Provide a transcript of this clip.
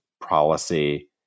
policy